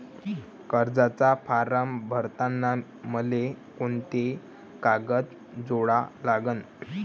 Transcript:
कर्जाचा फारम भरताना मले कोंते कागद जोडा लागन?